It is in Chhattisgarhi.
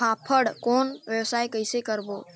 फाफण कौन व्यवसाय कइसे करबो?